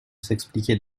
s’expliquer